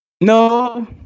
No